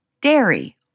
dairy